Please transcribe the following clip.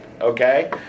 okay